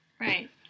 Right